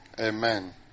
Amen